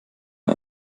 nur